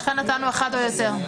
לכן נתנו אחד או יותר.